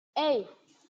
hey